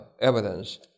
evidence